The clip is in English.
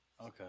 Okay